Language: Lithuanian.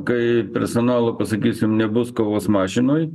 kai personalo pasakysim nebus kovos mašinoj